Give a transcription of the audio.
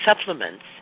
supplements